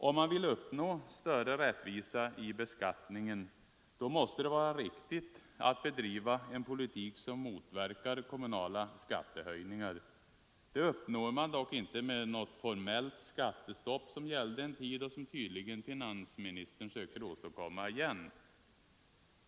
Om man vill uppnå större rättvisa i beskattningen måste det vara riktigt att bedriva en politik som motverkar kommunala skattehöjningar. Det uppnår man dock inte med något formellt skattestopp, såsom det som gällde en tid och som tydligen finansministern försöker åstadkomma igen.